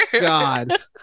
God